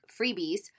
freebies